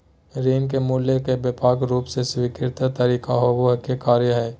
ऋण के मूल्य ले व्यापक रूप से स्वीकृत तरीका होबो के कार्य हइ